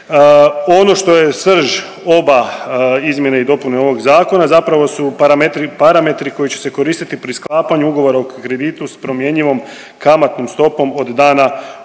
Ono što je srž oba izmjene i dopune ovog zakona zapravo su parametri koji će se koristiti pri sklapanju ugovora o kreditu s promjenjivom kamatnom stopom od dana uvođenja